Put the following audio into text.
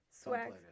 Swag